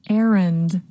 errand